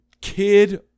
kid